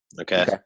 Okay